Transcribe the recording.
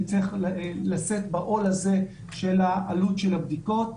נצטרך לשאת בעול הזה של העלות של הבדיקות.